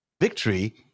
victory